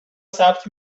ثبت